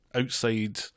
outside